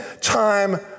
time